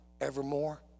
evermore